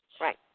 Right